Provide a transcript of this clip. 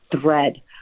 thread